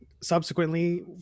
subsequently